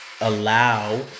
allow